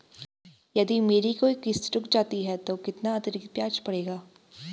यदि मेरी कोई किश्त रुक जाती है तो कितना अतरिक्त ब्याज पड़ेगा?